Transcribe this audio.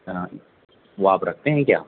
وہ آپ رکھتے ہیں کیا